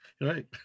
right